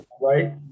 Right